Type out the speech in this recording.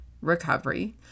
recovery